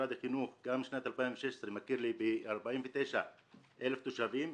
משרד החינוך בשנת 2016 מכיר לי ב-49,000 תושבים.